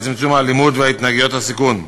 לצמצום האלימות והתנהגויות הסיכון.